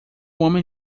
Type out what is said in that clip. homem